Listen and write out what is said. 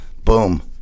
Boom